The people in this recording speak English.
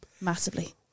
Massively